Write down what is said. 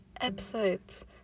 episodes